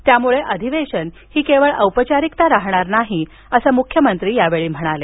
त्यामुळे अधिवेशन ही केवळ औपचारिकता राहणार नाही असं मुख्यमंत्री यावेळी म्हणाले